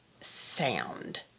Sound